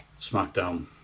smackdown